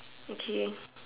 okay